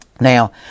Now